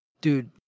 dude